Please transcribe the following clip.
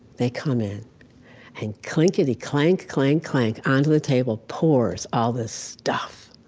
they come in and clinkety, clank, clank, clank, onto the table pours all this stuff.